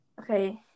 Okay